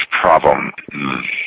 problem